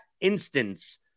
instance